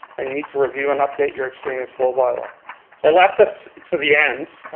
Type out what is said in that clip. and you need to review and update your extraneous flow bylaw. so i left this to the end.